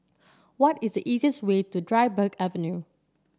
what is the easiest way to Dryburgh Avenue